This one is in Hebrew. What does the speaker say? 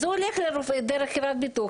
אז הוא הולך לרופא דרך חברת ביטוח.